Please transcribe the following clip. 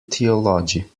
theology